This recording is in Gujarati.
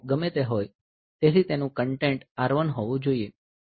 તેથી તેનું કન્ટેન્ટ R1 હોવું જોઈએ